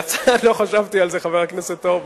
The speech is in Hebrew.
לא חשבתי על זה, חבר הכנסת אורבך.